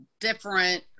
different